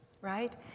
right